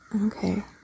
Okay